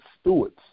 stewards